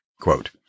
Quote